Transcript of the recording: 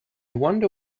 wonder